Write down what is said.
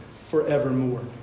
forevermore